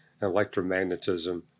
electromagnetism